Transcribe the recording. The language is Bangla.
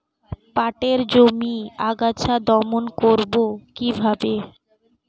পাটের জমির আগাছা দমন করবো কিভাবে?